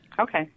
Okay